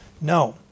No